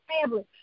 family